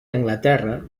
anglaterra